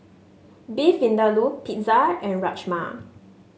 Beef Vindaloo Pizza and Rajma